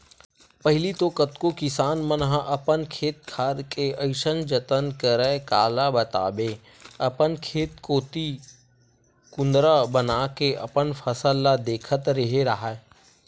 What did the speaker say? पहिली तो कतको किसान मन ह अपन खेत खार के अइसन जतन करय काला बताबे अपन खेत कोती कुदंरा बनाके अपन फसल ल देखत रेहे राहय